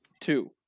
two